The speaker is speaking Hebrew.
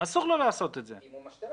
אם המשתלה